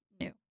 new